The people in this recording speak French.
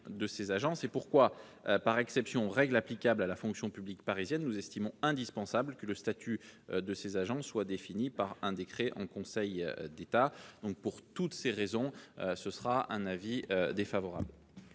de formation. C'est pourquoi, par exception aux règles applicables à la fonction publique parisienne, nous estimons indispensable que le statut de ces agents soit défini par un décret en Conseil d'État. Pour toutes ces raisons, la commission a émis un avis défavorable.